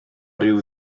ryw